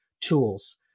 tools